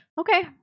Okay